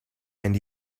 and